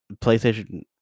playstation